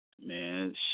Man